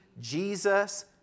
Jesus